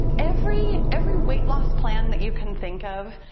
every every weight loss plan that you can think of,